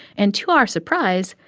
and to our surprise,